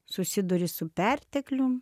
susiduri su perteklium